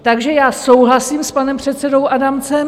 Takže já souhlasím s panem předsedou Adamcem.